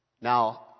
Now